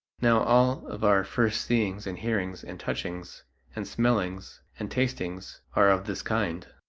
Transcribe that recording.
now all of our first seeings and hearings and touchings and smellings and tastings are of this kind.